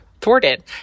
thwarted